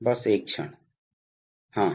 बस एक क्षण हाँ